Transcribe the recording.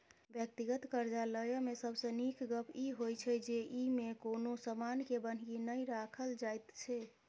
व्यक्तिगत करजा लय मे सबसे नीक गप ई होइ छै जे ई मे कुनु समान के बन्हकी नहि राखल जाइत छै